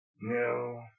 No